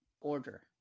order